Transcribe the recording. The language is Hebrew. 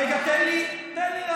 רגע, תן לי להשלים.